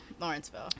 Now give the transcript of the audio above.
lawrenceville